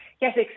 Yes